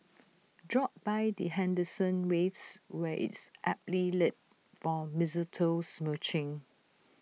drop by the Henderson waves where IT is aptly lit for mistletoe smooching